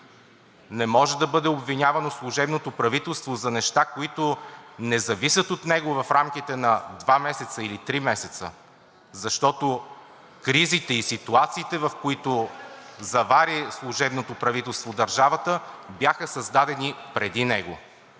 Не може да бъде обвинявано служебното правителство за неща, които не зависят от него, в рамките на два месеца или три месеца, защото кризите и ситуациите, в които завари държавата служебното правителство, бяха създадени преди него.